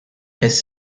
his